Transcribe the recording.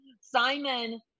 Simon